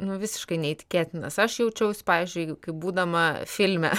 nu visiškai neįtikėtinas aš jaučiausi pavyzdžiui kaip būdama filme